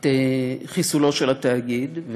את חיסולו של התאגיד,